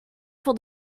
for